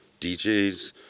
DJs